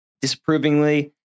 disapprovingly